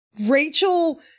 Rachel